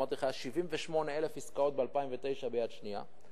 אמרתי לך, היו 78,000 עסקאות ב-2009 ביד שנייה.